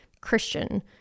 Christian